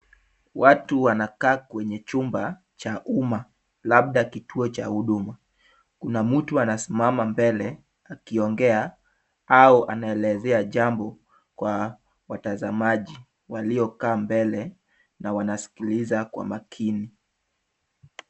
Watu wanakaa kwenye chumba cha umma, labda kituo cha huduma. Kuna mtu anasimama mbele akiongea au anaelezea jambo kwa watazamaji waliokaa mbele na wanasikiliza kwa makini.